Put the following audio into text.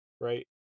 right